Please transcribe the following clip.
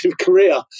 career